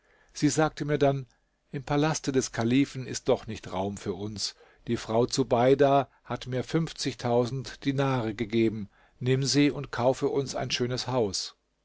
sie sagte mir dann im palaste des kalifen ist doch nicht raum für uns die frau zubeida hat mir dinare gegeben nimm sie und kaufe uns ein schönes haus